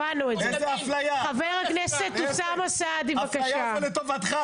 ההפליה היא לטובתך.